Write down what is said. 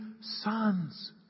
sons